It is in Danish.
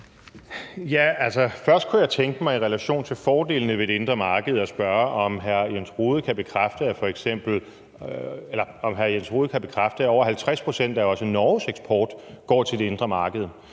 Først kunne jeg godt tænke mig i relation til fordelene ved det indre marked at spørge, om hr. Jens Rohde kan bekræfte, at over 50 pct. af også Norges eksport går til det indre marked.